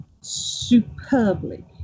superbly